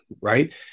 right